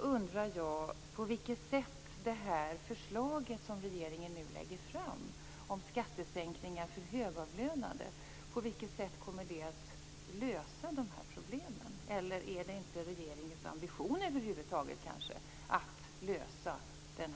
undrar jag på vilket sätt det förslag om skattesänkningar för högavlönade som regeringen nu lägger fram kommer att lösa de här problemen. Eller är det kanske över huvud taget inte regeringens ambition att undanröja den